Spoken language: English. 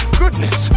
goodness